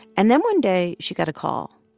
and then one day, she got a call,